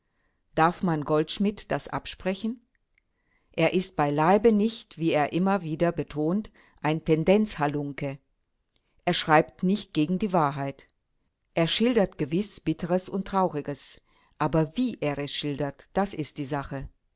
darf man goldschmidt das absprechen er ist beileibe nicht wie er immer wieder betont ein tendenzhalunke er schreibt nicht gegen die wahrheit er schildert gewiß bitteres und trauriges aber wie er es schildert das ist die sache